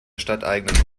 stadteigenen